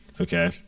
Okay